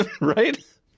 right